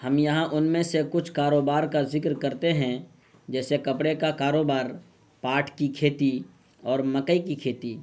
ہم یہاں ان میں سے کچھ کاروبار کا ذکر کرتے ہیں جیسے کپڑے کا کاروبار پاٹ کی کھیتی اور مکئی کی کھیتی